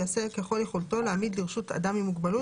יעשה ככל יכולתו להעמיד לרשות אדם עם מוגבלות